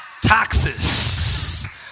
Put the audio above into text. taxes